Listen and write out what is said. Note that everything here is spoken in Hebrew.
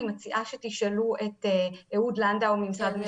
אני מציעה שתשאלו את אהוד לנדאו ממשרד המשפטים.